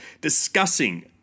discussing